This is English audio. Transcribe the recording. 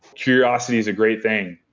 curiosity is a great thing.